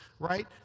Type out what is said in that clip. right